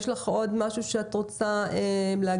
יש לך עוד משהו שאת רוצה להגיב,